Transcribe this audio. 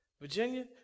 Virginia